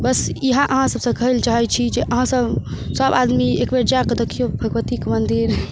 बस इएह अहाँसभसँ कहैलए चाहै छी जे अहाँसभ सभ आदमी एक बेर जाकऽ देखिऔ भगवतीके मन्दिर